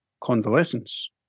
convalescence